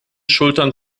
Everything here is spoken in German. schultern